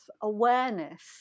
awareness